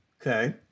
Okay